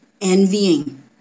envying